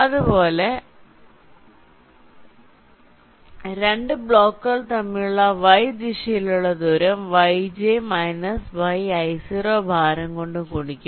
അതുപോലെ രണ്ട് ബ്ലോക്കുകൾ തമ്മിലുള്ള വൈ ദിശയിലുള്ള ദൂരം yj മൈനസ് yi0 ഭാരം കൊണ്ട് ഗുണിക്കും